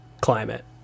climate